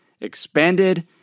expanded